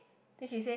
then she say